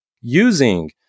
using